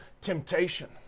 temptation